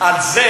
על זה